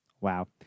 Wow